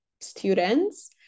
students